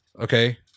Okay